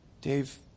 Dave